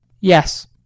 Yes